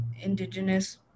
indigenous